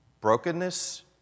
Brokenness